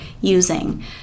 using